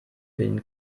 bilden